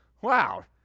Wow